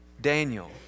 Daniel